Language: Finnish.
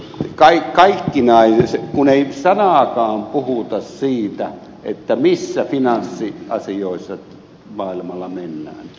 minä suuresti yllätyin siitä kun ei sanaakaan puhuta siitä missä finanssiasioissa maailmalla mennään